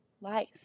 life